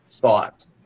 Thought